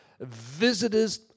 visitors